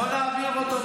אבל הם לא יודעים לדבר,